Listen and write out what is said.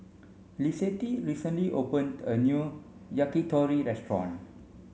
Lissette recently opened a new Yakitori restaurant